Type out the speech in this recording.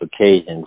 occasions